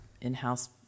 in-house